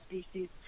species